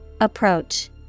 Approach